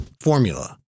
formula